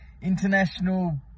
international